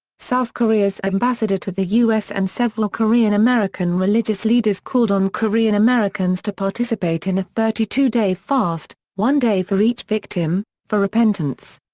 south korea's ambassador to the u s. and several korean american religious leaders called on korean americans to participate in a thirty two day fast, one day for each victim, for repentance.